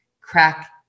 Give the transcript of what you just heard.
crack